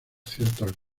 ciertos